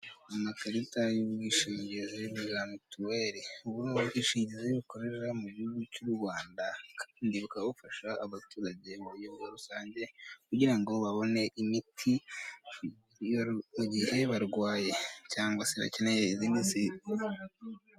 Amakarita y'ubwishingizi bwa mituweri. Ubu ngubu ni ubwishingizi bukorera mu gihugu cy'u Rwanda kandi bukaba bufasha abaturage mu buryo bwa rusange kugira ngo babone imiti mu gihe barwaye cyangwa se bakeneye izindi se...